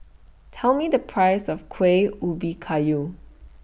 Tell Me The Price of Kueh Ubi Kayu